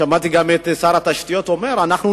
שמעתי גם את שר התשתיות אומר: אנחנו